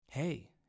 Hey